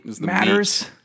matters